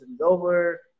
over